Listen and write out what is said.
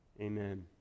Amen